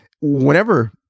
Whenever